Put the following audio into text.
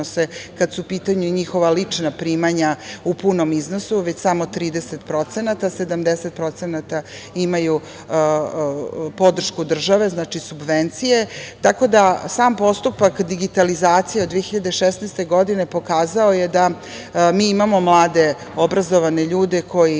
kada su u pitanju njihova lična primanja u punom iznosu, već samo 30%, a 70% imaju podršku od države, subvencije, tako da sam postupak digitalizacije od 2016. godine pokazao je da mi imamo mlade obrazovane ljude koji